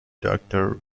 doctor